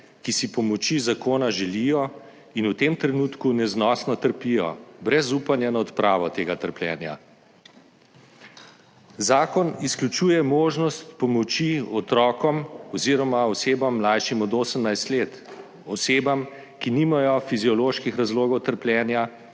ki si pomoči zakona želijo in v tem trenutku neznosno trpijo brez upanja na odpravo tega trpljenja. Zakon izključuje možnost pomoči otrokom oziroma osebam, mlajšim od 18 let, osebam, ki nimajo fizioloških razlogov trpljenja,